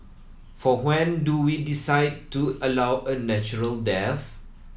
for when do we decide to allow a natural death